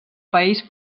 país